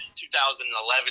2011